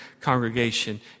congregation